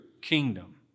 kingdom